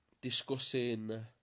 discussing